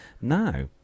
now